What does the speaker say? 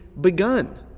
begun